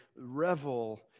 revel